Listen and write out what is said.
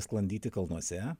sklandyti kalnuose